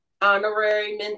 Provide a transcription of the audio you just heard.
honorary